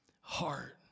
heart